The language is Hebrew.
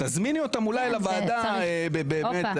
תזמיני אותם אולי לוועדה הסוציאל-דמוקרטית,